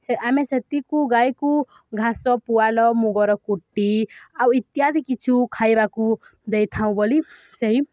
ସେ ଆମେ ସେତିକୁ ଗାଈକୁ ଘାସ ପୁଆଲ ମୁଗର କୁଟି ଆଉ ଇତ୍ୟାଦି କିଛି ଖାଇବାକୁ ଦେଇଥାଉଁ ବୋଲି ସେହି